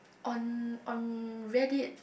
on on Reddit